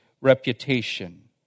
reputation